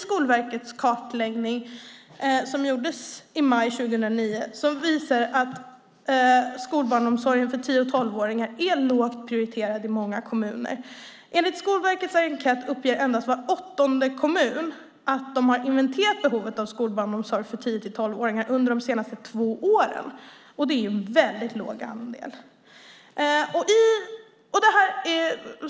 Skolverkets kartläggning, som gjordes i maj 2009, visar att skolbarnsomsorgen för tio till tolv-åringar är lågt prioriterad i många kommuner. Enligt Skolverkets enkät uppger endast var åttonde kommun att de har inventerat behovet av skolbarnsomsorg för tio till tolvåringar under de senaste två åren, och det är en väldigt låg andel.